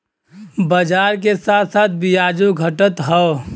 बाजार के साथ साथ बियाजो घटत हौ